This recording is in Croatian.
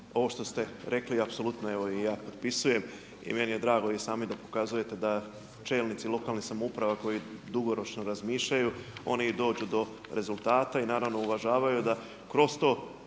ovo što ste rekli apsolutno evo i ja potpisujem i meni je drago i sami da pokazujete da čelnici lokalnih samouprava koji dugoročno razmišljaju oni i dođu do rezultata i naravno uvažavaju da kroz to